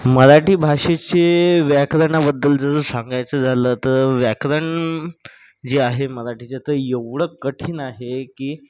मराठी भाषेचे व्याकरणाबद्दल ज ज सांगायचं झालं तर व्याकरण जे आहे मराठीचे तं एवढं कठीण आहे की